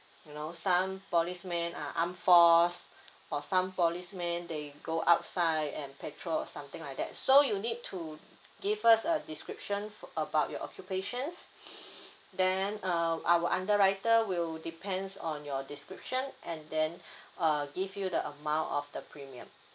you know some policeman are armed force or some policeman they go outside and patrol or something like that so you need to give us a description about your occupation then uh our underwriter will depends on your description and then uh give you the amount of the premium